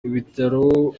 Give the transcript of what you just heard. ibitaro